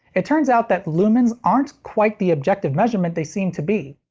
it turns out that lumens aren't quite the objective measurement they seem to be.